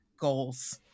Goals